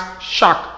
shock